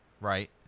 right